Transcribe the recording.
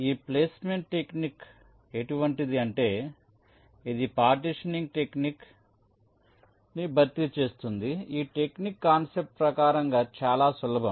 ఈ placement technique ఎటువంటిది అంటే ఇది పార్టిషన్ఇంగ్ టెక్నిక్ని భర్తీ చేస్తుంది ఈ టెక్నిక్ కాన్సెప్ట్ ప్రకారంగా చాలా సులభం